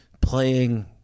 playing